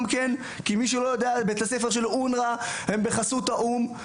מי שלא יודע בתי הספר של האונר"א הם בחסות האו"ם.